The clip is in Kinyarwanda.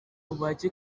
ubuhake